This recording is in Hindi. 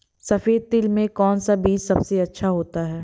सफेद तिल में कौन सा बीज सबसे अच्छा होता है?